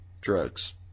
drugs